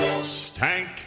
stank